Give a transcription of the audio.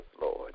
Lord